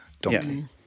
donkey